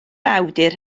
awdur